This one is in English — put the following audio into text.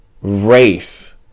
race